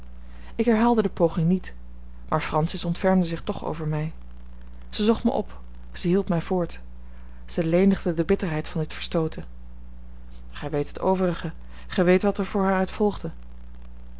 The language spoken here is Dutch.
ik herhaalde de poging niet maar francis ontfermde zich toch over mij zij zocht mij op zij hielp mij voort zij lenigde de bitterheid van dit verstooten gij weet het overige gij weet wat er voor haar uit volgde